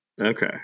Okay